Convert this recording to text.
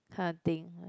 kind of thing